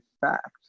fact